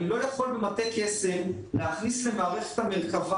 אני לנו יכול במטה קסם להכניס למערכת המרכבה